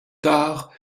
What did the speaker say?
tard